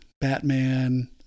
Batman